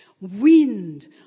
Wind